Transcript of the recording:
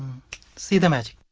see the magic.